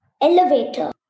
Elevator